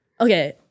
Okay